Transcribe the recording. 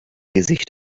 gesicht